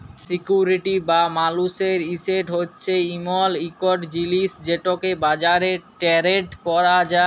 security বা মালুসের asset হছে এমল ইকট জিলিস যেটকে বাজারে টেরেড ক্যরা যায়